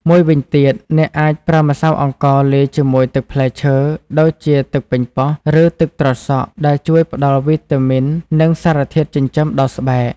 មួយវិញទៀត អ្នកអាចប្រើម្សៅអង្ករលាយជាមួយទឹកផ្លែឈើ ដូចជាទឹកប៉េងប៉ោះ ឬទឹកត្រសក់ ដែលជួយផ្ដល់វីតាមីន និងសារធាតុចិញ្ចឹមដល់ស្បែក។